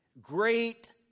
Great